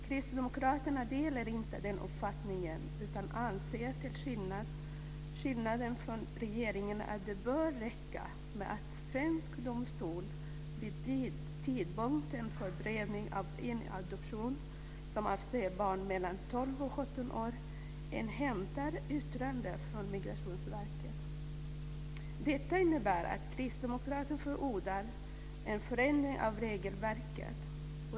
Kristdemokraterna delar inte den uppfattningen utan anser till skillnad från regeringen att det bör räcka med att svensk domstol vid tidpunkten för prövning av en adoption, som avser barn mellan 12 och 17 år, inhämtar yttrande från Migrationsverket. Detta innebär att kristdemokraterna förordar en förändring av regelverket.